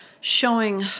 showing